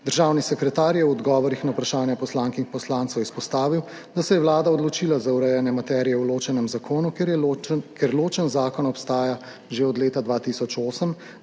Državni sekretar je v odgovorih na vprašanja poslank in poslancev izpostavil, da se je Vlada odločila za urejanje materije v ločenem zakonu, ker ločen zakon obstaja že od leta 2008,